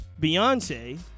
Beyonce